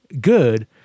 Good